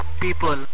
people